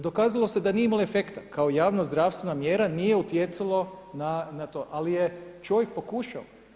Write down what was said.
Dokazalo se da nije imalo efekta kao javno zdravstvena mjera nije utjecalo na to, ali čovjek je pokušao.